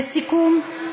לסיכום,